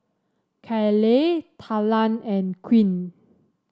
Caleigh Talan and Quint